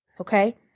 Okay